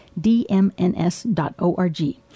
dmns.org